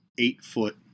eight-foot